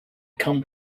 come